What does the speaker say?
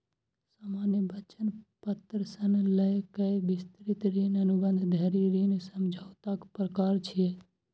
सामान्य वचन पत्र सं लए कए विस्तृत ऋण अनुबंध धरि ऋण समझौताक प्रकार छियै